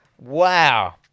Wow